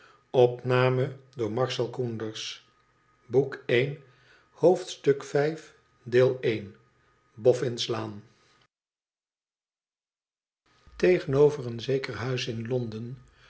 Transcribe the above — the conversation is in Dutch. laan tegenover een zeker huis in londen